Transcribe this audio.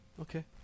okay